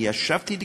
אני ישבתי לקרוא.